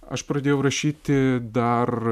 aš pradėjau rašyti dar